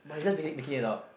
[wah] you just making making it up